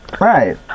Right